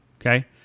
Okay